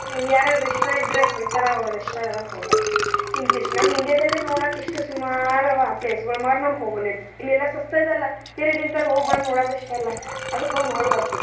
ಯಾರಾದ್ರು ಇಷ್ಟ ಇದ್ದರೆ ಹೋಯ್ತರ ಅವ್ರ್ಗೆ ಇಷ್ಟ ಆಗದ ಹೋಗಲ್ಲ ಇಂತಿಷ್ಟು ನಮ್ಮ ಇಂಡಿಯಾದಲ್ಲೆ ನೋಡ್ಲಕ್ಕ ಎಷ್ಟೊ ಸುಮಾರು ಅವ ಪ್ಲೇಸ್ಗಳು ಮರು ನಾವು ಹೋಗಲೆದು ಇಲ್ಲೆಲ್ಲ ಸಸ್ತ ಇದೆಲ್ಲ ತಿರಿದಿಂತಲ್ಲಿ ಹೋಗಿ ಬರ್ದು ನೋಡೋದು ಅಷ್ಟೆ ಅಲ್ಲ ಅದಕ್ಕೆ ಹೋಗಿ ನೋಡಿ ಬರ್ತೀವಿ